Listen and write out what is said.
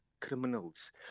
criminals